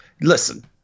listen